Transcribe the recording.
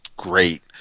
Great